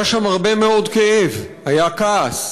היה שם הרבה מאוד כאב, היה כעס,